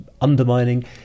undermining